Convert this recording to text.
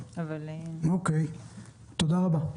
תודה רבה.